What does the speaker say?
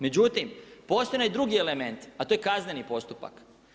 Međutim, postoji onaj drugi element a to je kazneni postupak.